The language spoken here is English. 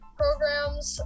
programs